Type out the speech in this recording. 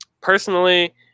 Personally